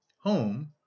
home